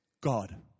God